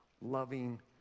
loving